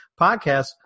podcast